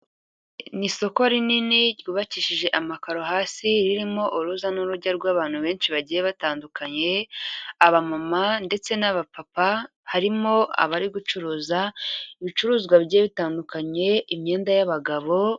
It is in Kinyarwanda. Ni isoko rinini ryubakishije amakaro hasi ririmo uruza n'urujya rw'abantu benshi bagiye batandukanye, abamama ndetse n'abapapa harimo abari gucuruza ibicuruzwa bigiye bitandukanye, imyenda y'abagabo...